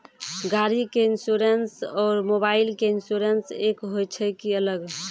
गाड़ी के इंश्योरेंस और मोबाइल के इंश्योरेंस एक होय छै कि अलग?